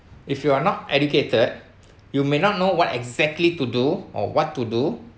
if you are not educated you may not know what exactly to do or what to do